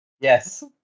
Yes